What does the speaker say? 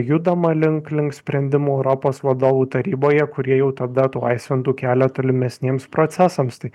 judama link link sprendimų europos vadovų taryboje kurie jau tada atlaisvintų kelią tolimesniems procesams tai